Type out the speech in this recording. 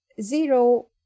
zero